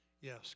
yes